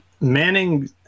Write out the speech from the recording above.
Manning